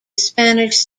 spanish